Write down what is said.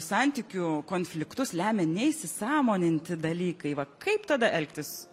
santykių konfliktus lemia neįsisąmoninti dalykai va kaip tada elgtis